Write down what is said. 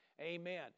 Amen